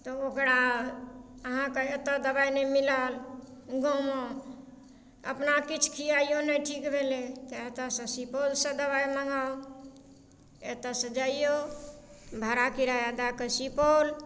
तऽ ओकरा अहाँके एतऽ दबाइ नहि मिलत गाँवमे अपना किछु खियाइयो नहि ठीक भेलै एतऽसँ सुपौलसँ दबाइ मङ्गाउ एतऽसँ जाइयौ भाड़ा किराया दए कऽ सुपौल